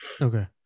okay